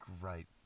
great